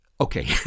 Okay